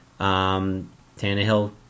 Tannehill